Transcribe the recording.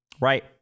right